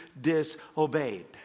disobeyed